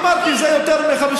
איפה?